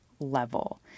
level